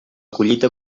collita